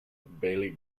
bailey